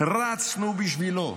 רצנו בשבילו,